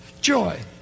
Joy